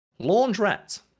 laundrette